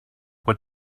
what